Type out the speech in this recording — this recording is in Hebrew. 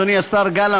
אדוני השר גלנט,